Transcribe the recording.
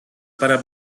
para